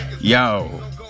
Yo